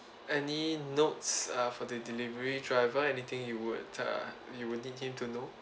any notes uh for the delivery driver anything you would uh you would need him to know